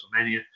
WrestleMania